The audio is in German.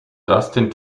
dustin